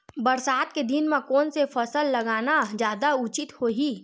बरसात के दिन म कोन से फसल लगाना जादा उचित होही?